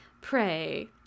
Pray